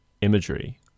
imagery